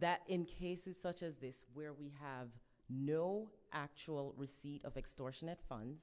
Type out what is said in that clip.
that in cases such as this where we have no actual receipt of extortion at funds